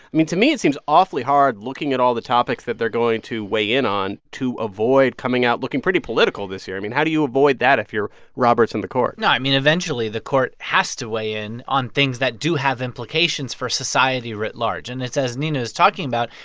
i mean, to me, it seems awfully hard looking at all the topics that they're going to weigh in on to avoid coming out looking pretty political this year. i mean, how do you avoid that if you're roberts and the court? no, i mean, eventually, the court has to weigh in on things that do have implications for society writ large. and it's as nina was talking about.